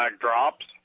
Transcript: drops